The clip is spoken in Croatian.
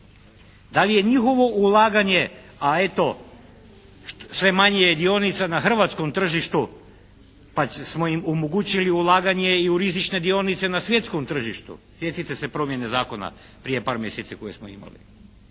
Da li je njihovo ulaganje, a eto sve manje je dionica na hrvatskom tržištu, pa smo im omogućili i ulaganje i u rizične dionice na svjetskom tržištu. Sjetite se promjene zakona prije par mjeseci koji smo imali.